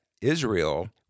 Israel